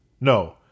No